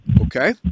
Okay